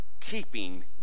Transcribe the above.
keeping